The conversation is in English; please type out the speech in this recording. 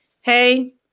Hey